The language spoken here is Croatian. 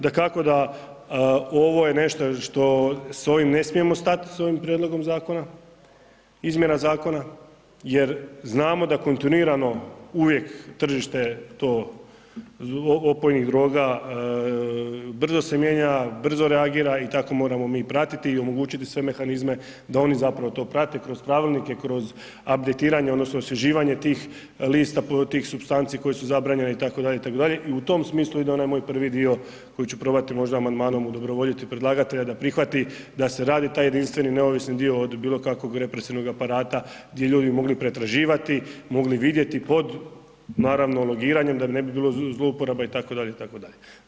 Dakako, da ovo je nešto što, s ovim ne smijemo stat s ovim prijedlogom zakona, izmjena zakona jer znamo da kontinuirano uvijek tržište to opojnih droga brzo se mijenja, brzo reagira i tako mi moramo pratiti i omogućiti sve mehanizme da oni zapravo to prate kroz pravilnike, kroz abditiranje odnosno osvježivanje tih lista, tih supstanci koje su zabranjene itd., itd. i u tom smislu ide onaj moj prvi dio koji ću probati možda amandmanom udobrovoljiti predlagatelja da prihvati da se radi taj jedinstveni neovisni dio od bilo kakvog represivnog aparata gdje bi ljudi mogli pretraživati, mogli vidjeti pod, naravno, logiranjem, da ne bi bilo zlouporaba, itd., itd.